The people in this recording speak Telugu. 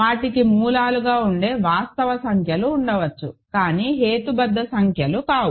వాటికి మూలాలుగా ఉండే వాస్తవ సంఖ్యలు ఉండవచ్చు కానీ హేతుబద్ధ సంఖ్యలు కావు